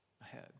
ahead